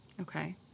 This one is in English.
Okay